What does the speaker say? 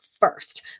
first